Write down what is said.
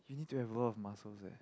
need to have a lot of muscles eh